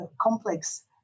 complex